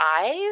eyes